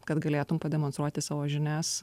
kad galėtum pademonstruoti savo žinias